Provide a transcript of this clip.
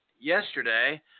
yesterday